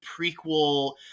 prequel